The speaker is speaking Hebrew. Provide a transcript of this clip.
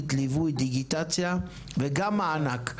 ליווי, דיגיטציה וגם מענק?